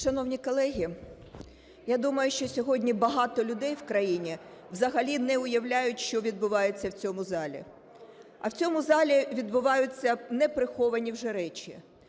Шановні колеги, я думаю, що сьогодні багато людей в країні взагалі не уявляють, що відбувається в цьому залі. А в цьому залі відбуваються неприховані вже речі.